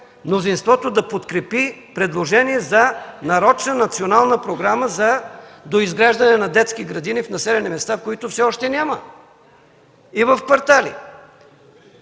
мнозинството да подкрепи предложение за нарочна национална програма за доизграждане на детски градини в населени места, в които все още няма, и в квартали.